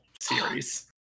series